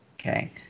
Okay